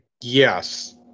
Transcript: Yes